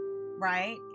right